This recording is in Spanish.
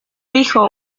hijo